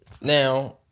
Now